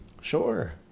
Sure